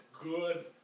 good